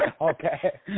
Okay